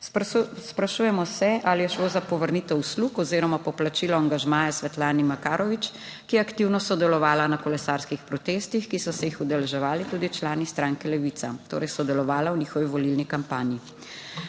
Sprašujemo se, ali je šlo za povrnitev uslug oziroma poplačilo angažmaja Svetlane Makarovič, ki je aktivno sodelovala na kolesarskih protestih, ki so se jih udeleževali tudi člani stranke Levica, torej sodelovala v njihovi volilni kampanji.